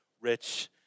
rich